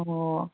ꯑꯣ